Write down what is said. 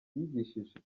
wigishije